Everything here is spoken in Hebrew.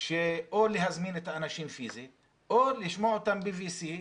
או להזמין את האנשים פיסית או לשמוע אותם ב-VC.